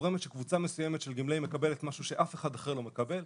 שגורם שקבוצה מסוימת של גמלאים מקבלת משהו שאף אחד אחר לא מקבל.